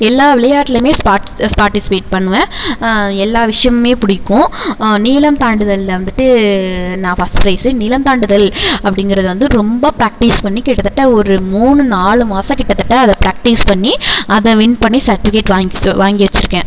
எல்லா விளையாட்டிலையுமே spot participate பண்ணுவேன் எல்லா விஷயமுமே பிடிக்கும் நீளம் தாண்டுதல்ல வந்துட்டு நான் ஃபஸ்ட் ப்ரைஸு நீளம் தாண்டுதல் அப்படிங்கிறது வந்து ரொம்ப ப்ராக்ட்டிஸ் பண்ணி கிட்டத்தட்ட ஒரு மூணு நாலு மாதம் கிட்டத்தட்ட அதை ப்ராக்ட்டிஸ் பண்ணி அதை வின் பண்ணி சர்ட்டிவிக்கேட் வாங்கி வாங்கி வச்சிருக்கேன்